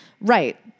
Right